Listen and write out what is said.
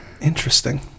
interesting